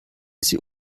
sie